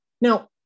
Now